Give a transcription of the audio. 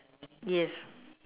yes